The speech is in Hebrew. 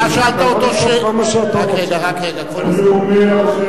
אתה שאלת אותו, אתה יכול לצעוק כמה שאתה רוצה.